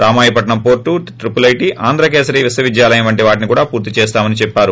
రామాయపట్నం పోర్లుట్రపుల ఐటీ ఆంధ్రకేసరి విశ్వవిద్యాలయం వంటి వాటిని కూడా పూర్తి చేస్తామని చెప్పారు